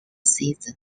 season